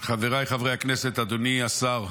חבריי חברי הכנסת, אדוני השר,